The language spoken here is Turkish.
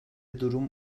durum